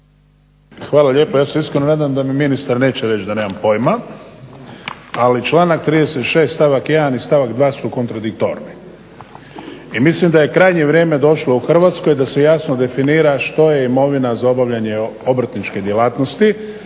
Hvala lijepo. Ja se iskreno nadam da mi ministar neće reći da nemam pojma. Ali članak 36. stavak 1. i stavak 2. su kontradiktorni. I mislim da je krajnje vrijeme došlo u Hrvatskoj da se jasno definira što je imovina za obavljanje obrtničke djelatnosti